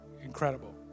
Incredible